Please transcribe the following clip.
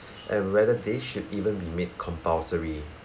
and whether they should even be made compulsory